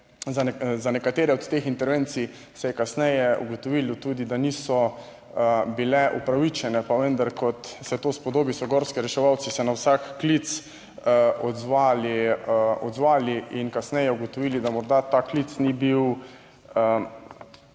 za nekatere od teh intervencij se je kasneje ugotovilo tudi, da niso bile upravičene, pa vendar, kot se to spodobi, so gorski reševalci se na vsak klic odzvali in kasneje ugotovili, da morda ta klic ni bil takšen